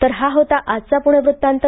तर हा होता आजचा पुणे वृत्तांत